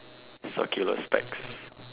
circular specs